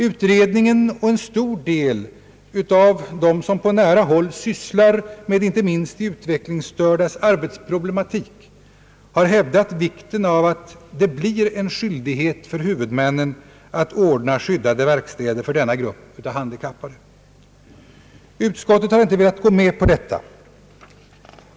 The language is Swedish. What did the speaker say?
Utredningen och en stor del av dem som på nära håll sysslar med inte minst de utvecklingsstördas arbetsproblematik har hävdat vikten av att det blir en skyldighet för huvudmännen att ordna skyddade verkstäder för denna grupp av handikappade. Utskottet har inte velat gå med på detta.